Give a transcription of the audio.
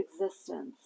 existence